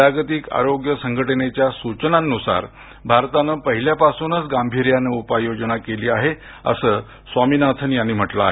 जागतिक आरोग्य संघटनेच्या सुचना नुसार भारतानं पहिल्यापासूनच गांभिर्यान उपयोजना केली आहे असं स्वामिनाथन यांनी म्हटलं आहे